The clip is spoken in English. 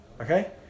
Okay